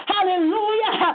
Hallelujah